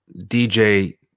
DJ